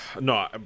No